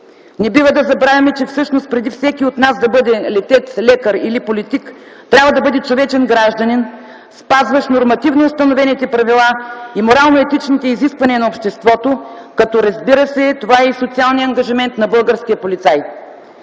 Не бива да забравяме, че всъщност преди всеки от нас да бъде летец, лекар или политик, трябва да бъде човечен гражданин, спазващ нормативно установените правила и морално етичните изисквания на обществото, като, разбира се, това е и социалният ангажимент на българския полицай.